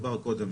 שדובר קודם,